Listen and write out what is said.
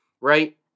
right